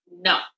No